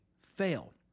fail